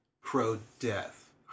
pro-death